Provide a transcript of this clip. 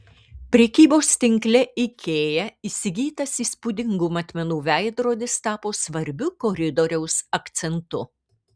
prekybos tinkle ikea įsigytas įspūdingų matmenų veidrodis tapo svarbiu koridoriaus akcentu